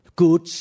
good